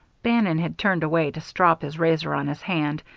bannon had turned away to strop his razor on his hand,